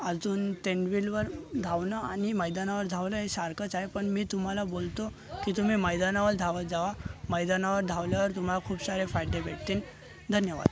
अजून ट्रेंडमिलवर धावणं आणि मैदानावर धावणं हे सारखंच आहे पण मी तुम्हाला बोलतो की तुम्ही मैदानावल धावत जा मैदानावर धावल्यावर तुम्हाला खूप सारे फायदे भेटतील धन्यवाद